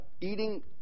eating